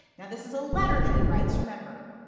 now, this is a letter that he writes, remember.